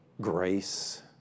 grace